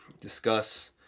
discuss